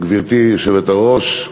גברתי היושבת-ראש,